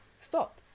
stop